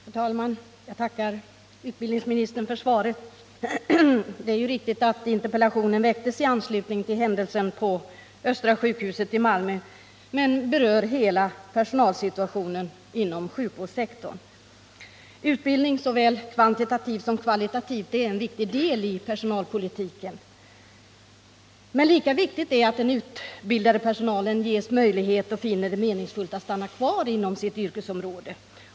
Herr talman! Jag tackar utbildningsministern för svaret. Interpellationen framställdes ju i anslutning till händelsen på Östra sjukhuset i Malmö, men den berör hela personalsituationen inom sjukvårdssektorn. Utbildning såväl kvantitativt som kvalitativt är en viktig del av personalpolitiken, men lika viktigt är att den utbildade personalen ges möjlighet och finner det meningsfullt att stanna kvar inom sitt yrkesområde.